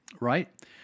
Right